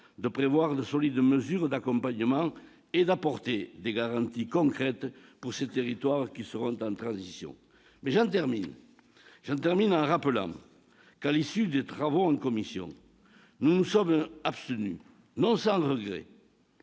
de prévoir de solides mesures d'accompagnement et d'apporter des garanties concrètes aux territoires en transition. J'en termine en rappelant que, à l'issue des travaux en commission, nous nous sommes abstenus, non sans regret.